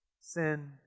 sin